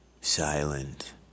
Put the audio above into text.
silent